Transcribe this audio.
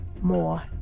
more